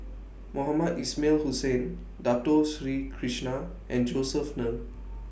Mohamed Ismail Hussain Dato Sri Krishna and Josef Ng